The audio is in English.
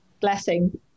Blessing